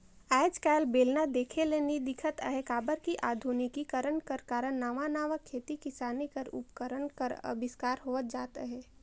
आएज काएल बेलना देखे ले नी दिखत अहे काबर कि अधुनिकीकरन कर कारन नावा नावा खेती किसानी कर उपकरन कर अबिस्कार होवत जात अहे